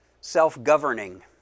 self-governing